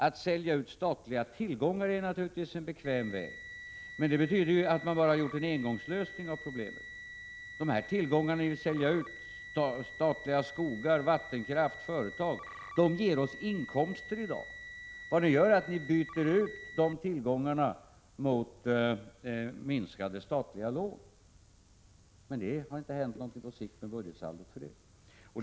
Att sälja ut statliga tillgångar är naturligtvis en bekväm väg, men det betyder ju bara en engångslösning av problemet. Att sälja ut statliga skogar, vattenkraft och företag ger oss inkomster i dag. Vad ni föreslår är att byta ut dessa tillgångar mot minskade statliga lån, men på sikt händer ingenting med budgetsaldot.